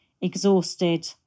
exhausted